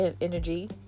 energy